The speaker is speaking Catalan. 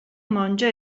monja